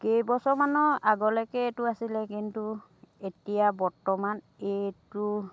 কেইবছৰমানৰ আগলৈকে এইটো আছিলে কিন্তু এতিয়া বৰ্তমান এইটো